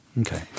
Okay